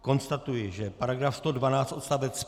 Konstatuji paragraf 112 odst.